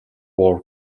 war